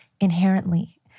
inherently